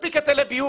מספיק היטלי ביוב.